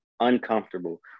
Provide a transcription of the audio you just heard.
uncomfortable